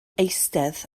eistedd